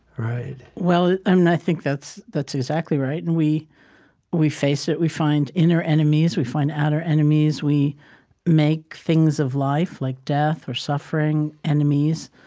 right well, and i think that's that's exactly right. and we we face it. we find inner enemies. we find outer enemies. we make things of life like death or suffering enemies.